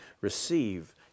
receive